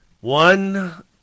one